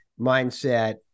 mindset